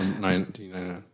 1999